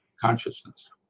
consciousness